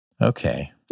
Okay